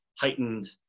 heightened